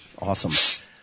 Awesome